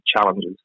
challenges